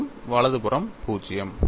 மற்றும் வலது புறம் 0